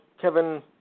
Kevin